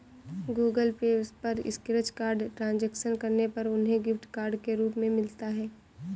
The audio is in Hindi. गूगल पे पर स्क्रैच कार्ड ट्रांजैक्शन करने पर उन्हें गिफ्ट कार्ड के रूप में मिलता है